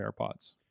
AirPods